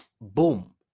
boom